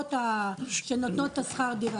החברות שנותנות את השכר דירה?